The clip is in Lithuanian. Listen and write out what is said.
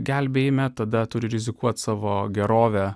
gelbėjime tada turi rizikuot savo gerove